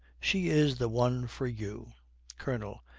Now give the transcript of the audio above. she is the one for you colonel.